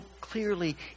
clearly